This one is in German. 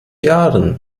jahren